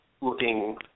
looking